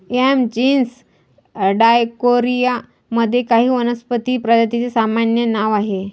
yam genus Dioscorea मध्ये काही वनस्पती प्रजातींचे सामान्य नाव आहे